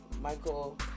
Michael